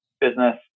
business